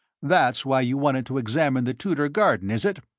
that's why you wanted to examine the tudor garden, is it?